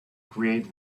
create